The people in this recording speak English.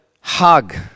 hug